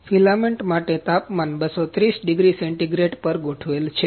filament માટે તાપમાન 230 degree centigrade's centigrade's પર ગોઠવેલ છે